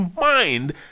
mind